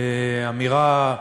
אמירה,